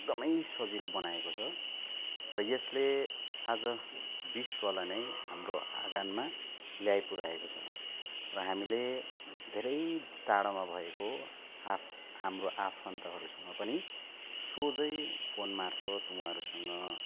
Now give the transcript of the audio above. एकदमै सजिलो बनाएको छ र यसले आज विश्वलाई नै हाम्रो आँगनमा ल्याइ पुर्याएको छ र हामीले धेरै टाढा भएको हा हाम्रो आफन्तहरूसँग पनि सोझै फोनमार्फत उहाँहरूसँग